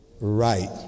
right